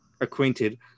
acquainted